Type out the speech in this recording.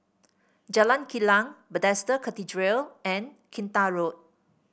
Jalan Kilang Bethesda Cathedral and Kinta Road